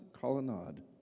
colonnade